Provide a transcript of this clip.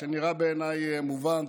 שנראה בעיניי מובן,